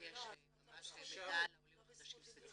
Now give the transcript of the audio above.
ממש מידע לעולים חדשים ספציפית.